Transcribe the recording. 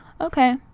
Okay